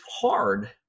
hard